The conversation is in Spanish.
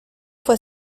fue